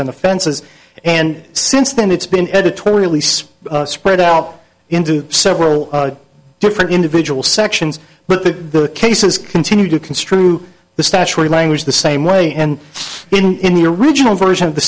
and offenses and since then it's been editorially so spread out into several different individual sections but the cases continue to construe the statutory language the same way and in the original version of the